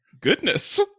goodness